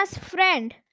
friend